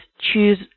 choose